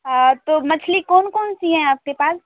हाँ तो मछली कौन कौन सी है आपके पास